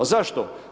Zašto?